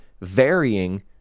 varying